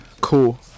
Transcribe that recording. Cool